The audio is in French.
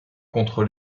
contre